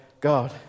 God